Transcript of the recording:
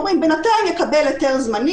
אומרים: בינתיים ניתן היתר זמני,